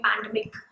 pandemic